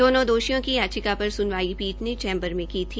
दोनों दोषियों की याचिका पर सुनवाई पीठ ने चैम्बर में की थी